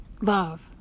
Love